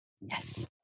Yes